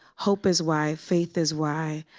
hope is why, faith is why,